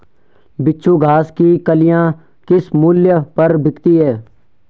बिच्छू घास की कलियां किस मूल्य पर बिकती हैं?